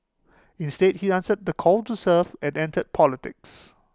instead he answered the call to serve and entered politics